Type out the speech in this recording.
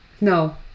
No